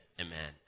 amen